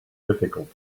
difficult